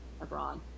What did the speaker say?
abroad